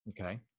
Okay